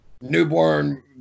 newborn